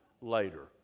later